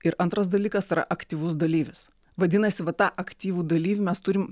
ir antras dalykas yra aktyvus dalyvis vadinasi va tą aktyvų dalyvį mes turim